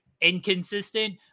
inconsistent